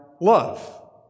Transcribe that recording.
love